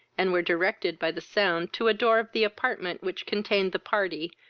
and were directed by the sound to a door of the apartment which contained the party,